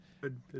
Good